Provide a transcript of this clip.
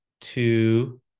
two